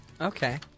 Okay